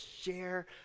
share